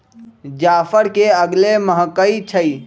जाफर के अलगे महकइ छइ